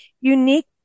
unique